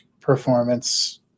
performance